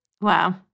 Wow